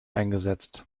eingesetzt